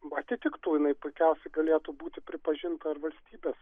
atitiktų jinai puikiausiai galėtų būti pripažinta ir valstybės